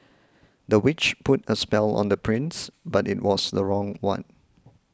the witch put a spell on the prince but it was the wrong one